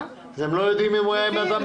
הוא לא יודע אם הוא היה עם אדם עם קורונה.